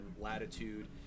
latitude